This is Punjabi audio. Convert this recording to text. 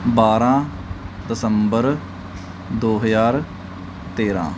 ਬਾਰਾਂ ਦਸੰਬਰ ਦੋ ਹਜਾਰ ਤੇਰ੍ਹਾਂ